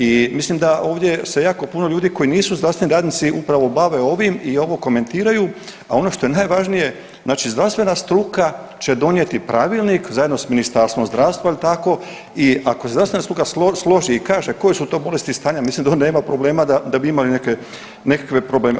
I mislim da ovdje se jako puno ljudi koji nisu zdravstveni radnici upravo bave ovim i ovo komentiraju, a ono što je najvažnije znači zdravstvena struka će donijeti pravilnik zajedno s Ministarstvom zdravstva jel tako i ako se zdravstvena struka složi i kaže koje su to bolesti i stanja mislim da onda nema problema da bi imali neke, nekakve problem.